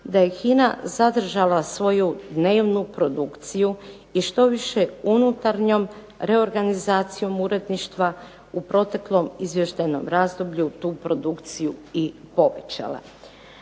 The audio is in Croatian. da je HINA zadržala svoju dnevnu produkciju i štoviše unutarnjom reorganizacijom uredništva u proteklom izvještajnom razdoblju tu produkciju i povećala.